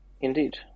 Indeed